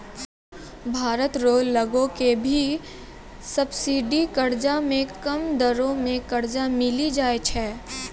भारत रो लगो के भी सब्सिडी कर्जा मे कम दरो मे कर्जा मिली जाय छै